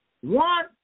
One